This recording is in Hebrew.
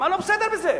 מה לא בסדר עם זה?